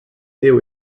there